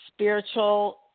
spiritual